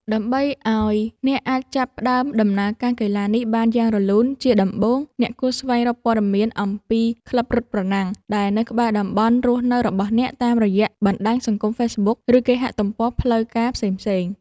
ដើម្បីឱ្យអ្នកអាចចាប់ផ្ដើមដំណើរការកីឡានេះបានយ៉ាងរលូនជាដំបូង អ្នកគួរស្វែងរកព័ត៌មានអំពីក្លឹបរត់ប្រណាំងដែលនៅក្បែរតំបន់រស់នៅរបស់អ្នក តាមរយៈបណ្ដាញសង្គមហ្វេសប៊ុក ឬគេហទំព័រផ្លូវការផ្សេងៗ។